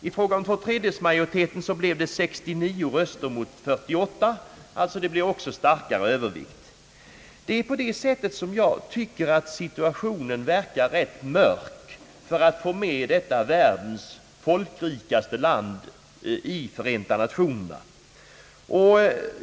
I fråga om två tredjedels majoritet blev det då 69 röster mot 48, alltså starkare övervikt än förut. Jag tycker därför att situationen verkar mörk när det gäller att få med världens folkrikaste land i Förenta Nationerna.